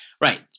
right